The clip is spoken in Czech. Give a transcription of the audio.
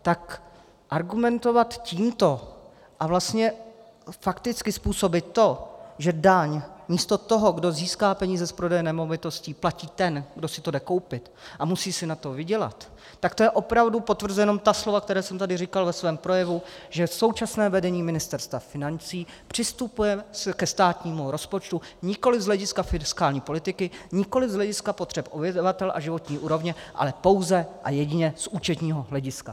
Tak argumentovat tímto a vlastně fakticky způsobit to, že daň místo toho, kdo získá peníze z prodeje nemovitosti, platí ten, kdo si to jde koupit a musí si na to vydělat, tak to opravdu potvrzuje ta slova, která jsem tady říkal ve svém projevu, že současné vedení Ministerstva financí přistupuje ke státnímu rozpočtu nikoli z hlediska fiskální politiky, nikoli z hlediska potřeb obyvatel a životní úrovně, ale pouze a jedině z účetního hlediska.